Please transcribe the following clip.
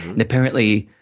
and apparently,